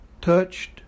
touched